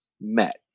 met